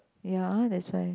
ya that's why